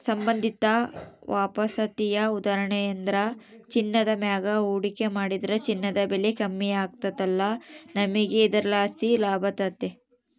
ಸಂಬಂಧಿತ ವಾಪಸಾತಿಯ ಉದಾಹರಣೆಯೆಂದ್ರ ಚಿನ್ನದ ಮ್ಯಾಗ ಹೂಡಿಕೆ ಮಾಡಿದ್ರ ಚಿನ್ನದ ಬೆಲೆ ಕಮ್ಮಿ ಆಗ್ಕಲ್ಲ, ನಮಿಗೆ ಇದರ್ಲಾಸಿ ಲಾಭತತೆ